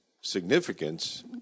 significance